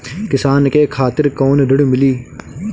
किसान के खातिर कौन ऋण मिली?